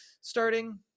starting